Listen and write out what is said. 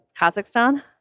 Kazakhstan